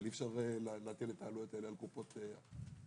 אבל אי-אפשר להטיל את העלויות האלה על קופות החולים.